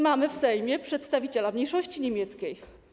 Mamy w Sejmie przedstawiciela mniejszości niemieckiej.